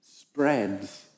spreads